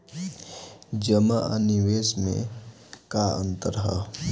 जमा आ निवेश में का अंतर ह?